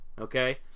Okay